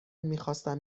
میخواستم